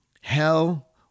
hell